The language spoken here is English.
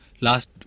Last